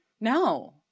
no